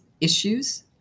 issues